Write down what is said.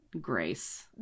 Grace